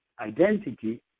identity